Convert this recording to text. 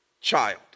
child